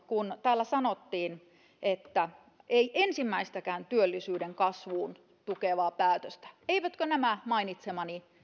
kun täällä sanottiin että ei ensimmäistäkään työllisyyden kasvua tukevaa päätöstä niin olisi kiinnostavaa kuulla eivätkö nämä mainitsemani